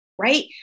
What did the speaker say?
right